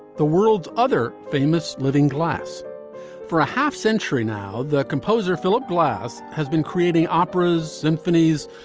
the world's other famous living glass for a half century now the composer philip glass has been creating operas, symphonies,